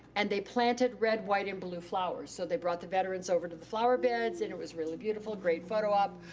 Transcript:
and they planted red, white, and blue flowers. so they brought the veterans over to the flower beds and it was really beautiful, great photo-op.